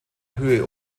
höhe